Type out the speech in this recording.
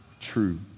true